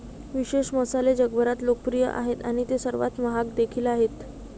विशेष मसाले जगभरात लोकप्रिय आहेत आणि ते सर्वात महाग देखील आहेत